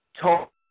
talk